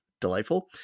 delightful